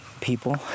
people